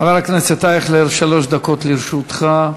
חבר הכנסת אייכלר, שלוש דקות לרשותך.